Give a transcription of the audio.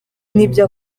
nibyo